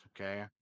Okay